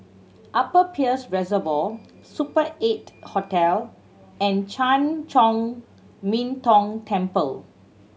Upper Peirce Reservoir Super Eight Hotel and Chan Chor Min Tong Temple